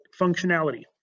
functionality